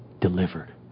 delivered